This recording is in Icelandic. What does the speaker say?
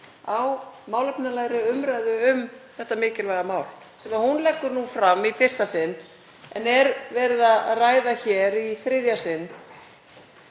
á málefnalegri umræðu um þetta mikilvæga mál sem hún leggur nú fram í fyrsta sinn en er verið að ræða í þriðja sinn.